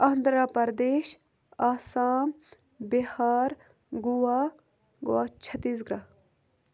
Andhra Pradesh Assam Bihar Goa Goa چھٔتیٖس گرٛہہ